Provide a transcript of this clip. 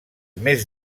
més